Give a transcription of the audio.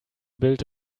build